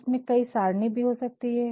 उसमे कई सारिणी भी हो सकती है